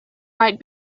might